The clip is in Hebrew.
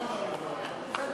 תוצאות